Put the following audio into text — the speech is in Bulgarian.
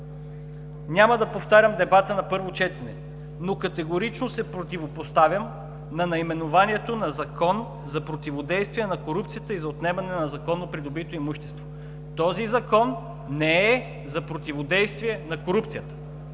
Няма да повтарям дебата на първо четене. Но категорично се противопоставям на наименованието „Закон за противодействие на корупцията и за отнемане на незаконно придобитото имущество“. Този Закон не е за противодействие на корупцията!